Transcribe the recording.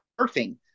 surfing